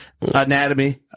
anatomy